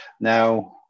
now